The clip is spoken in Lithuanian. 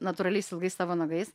natūraliais ilgais savo nagais